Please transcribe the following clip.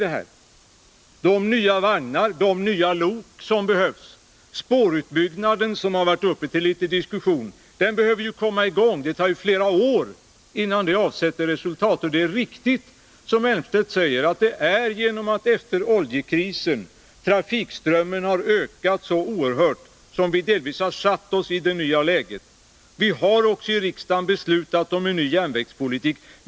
Arbetena när det gäller de nya vagnar och de nya lok som behövs samt när det gäller den spårutbyggnad som något har diskuterats behöver komma i gång. 53 Det tar ju flera år innan sådant avsätter resultat. Det är riktigt, som Claes Elmstedt säger, att det är efter oljekrisen som trafikströmmen har ökat så oerhört och som delvis har försatt oss i det nya läget. Vi har också i riksdagen beslutat om en ny järnvägspolitik.